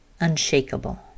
unshakable